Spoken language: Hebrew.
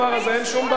אין שום בעיה.